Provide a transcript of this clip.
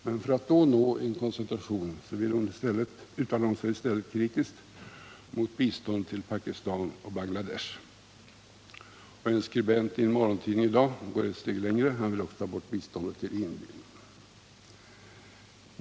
Men för att då nå en koncentration uttalar sig Anna Lisa Lewén-Eliasson i stället kritiskt mot biståndet till Pakistan och Bangladesh. I en morgontidning går en skribent i dag ett steg längre — han vill ta bort biståndet till Indien.